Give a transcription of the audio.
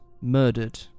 murdered